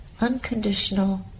unconditional